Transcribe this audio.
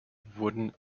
wurden